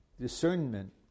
discernment